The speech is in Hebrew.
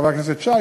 חבר הכנסת שי,